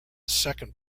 second